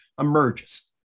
emerges